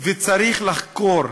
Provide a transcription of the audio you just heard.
וצריך לחקור.